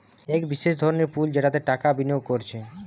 এক বিশেষ ধরনের পুল যেটাতে টাকা বিনিয়োগ কোরছে